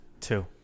Two